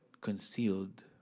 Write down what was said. concealed